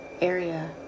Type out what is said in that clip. area